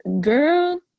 girl